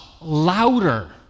louder